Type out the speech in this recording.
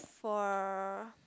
for